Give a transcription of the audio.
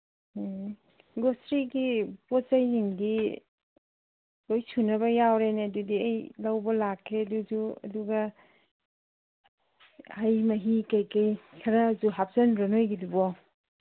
ꯑꯣ ꯒ꯭ꯔꯣꯁꯔꯤꯒꯤ ꯄꯣꯠ ꯆꯩꯁꯤꯡꯗꯤ ꯂꯣꯏ ꯁꯨꯅꯕ ꯌꯥꯎꯔꯦꯅꯦ ꯑꯗꯨꯗꯤ ꯑꯩ ꯂꯧꯕ ꯂꯥꯛꯀꯦ ꯑꯗꯨꯁꯨ ꯑꯗꯨꯒ ꯍꯩ ꯃꯍꯤ ꯀꯩꯀꯩ ꯈꯔꯁꯨ ꯍꯥꯞꯆꯟꯕ꯭ꯔꯣ ꯅꯣꯏꯒꯤꯗꯨꯕꯣ